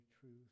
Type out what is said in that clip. truth